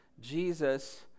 Jesus